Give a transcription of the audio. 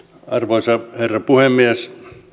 arvoisa herra puhemies